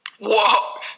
Whoa